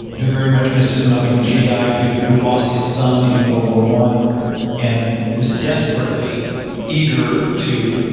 who very much missed his mother when she died, who who lost his son in world war one and was desperately eager to